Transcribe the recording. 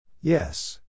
Yes